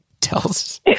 tells